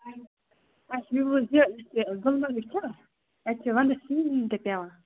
اسہِ ؤنِو حظ یہٕ گُلمَرگہِ چھا اَتہِ چھُ وَنٛدَس شیٖن ویٖن تہِ پیٚوان